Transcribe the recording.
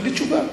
תקבלי תשובה.